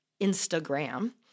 Instagram